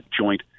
joint